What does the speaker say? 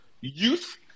youth